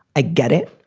i get it.